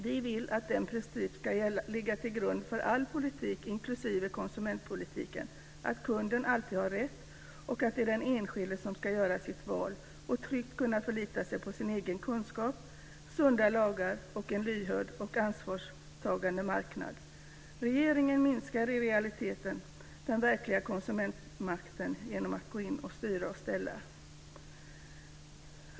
Vi vill att den princip som ska ligga till grund för all politik, inklusive konsumentpolitiken, ska vara att kunden alltid har rätt och att det är den enskilde som ska göra sitt val och tryggt kunna förlita sig på sin egen kunskap, sunda lagar och en lyhörd och ansvarstagande marknad. Regeringen minskar i realiteten den verkliga konsumentmakten genom att gå in och styra och ställa.